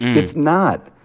it's not.